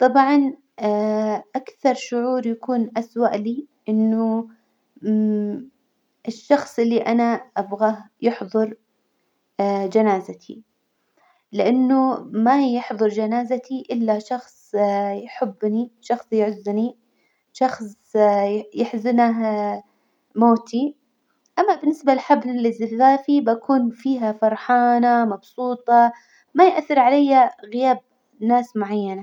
طبعا أكثر شعور يكون أسوأ لي إنه الشخص اللي أنا أبغاه يحظر جنازتي، لإنه ما يحضر جنازتي إلا شخص يحبني، شخص يعزني، شخص يحزنه موتي، أما بالنسبة للحبل الزفزافي بكون فيها فرحانة، مبسوطة، ما يأثر علي غياب ناس معينة.